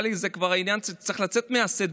לי שזה עניין שכבר צריך לרדת מסדר-היום.